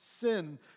sin